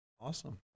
Awesome